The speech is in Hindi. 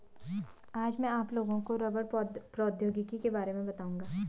आज मैं आप लोगों को रबड़ प्रौद्योगिकी के बारे में बताउंगा